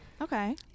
Okay